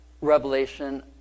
revelation